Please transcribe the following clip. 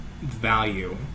value